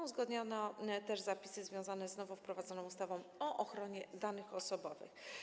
Uzgodniono też zapisy związane z nowo wprowadzoną ustawą o ochronie danych osobowych.